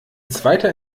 zweiter